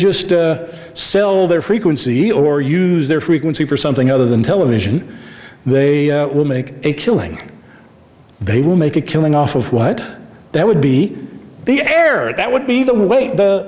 just sell their frequency or use their frequency for something other than television they will make a killing they will make a killing off of what that would be the air that would be the way